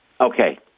okay